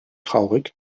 traurig